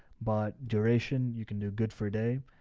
but duration, you can do good for a day, ah,